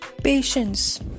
Patience